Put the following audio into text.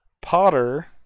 Potter